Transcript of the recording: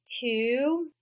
two